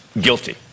guilty